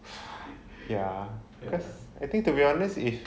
ya cause I think to be honest if